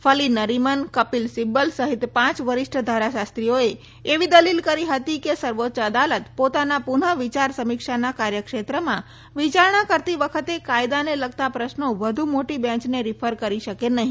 ફલી નરિમન કપિલ સિબ્બલ સહિત પાંચ વરિષ્ઠ ધારાશાસ્ત્રીઓએ એવી દલીલ કરી હતી કે સર્વોચ્ચ અદાલત પોતાના પુનઃ વિચાર સમીક્ષાના કાર્ય ક્ષેત્રમાં વિચારણા કરતી વખતે કાયદાને લગતા પ્રશ્નો વધુ મોટી બેન્યને રીફર કરી શકે નહી